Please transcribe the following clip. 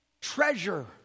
treasure